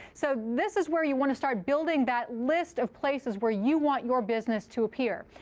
so this is where you want to start building that list of places where you want your business to appear.